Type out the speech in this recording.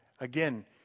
again